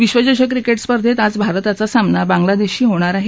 विश्वचषक क्रिकेट स्पर्धेत आज भारताचा सामना बांगला देशाशी होणार आहे